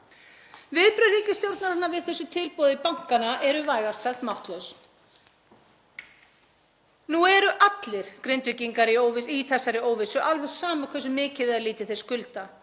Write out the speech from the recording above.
Viðbrögð ríkisstjórnarinnar við þessu tilboði bankanna eru vægast sagt máttlaus. Nú eru allir Grindvíkingar í þessari óvissu, alveg sama hversu mikið eða lítið þeir skulda.